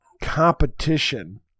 competition